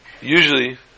usually